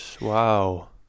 Wow